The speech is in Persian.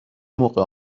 موقع